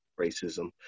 racism